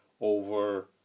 over